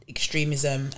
extremism